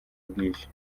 bwije